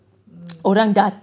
mm